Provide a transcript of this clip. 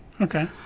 Okay